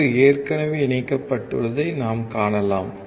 சுற்று ஏற்கனவே இணைக்கப்பட்டுள்ளதை நாம் காணலாம்